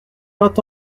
vingt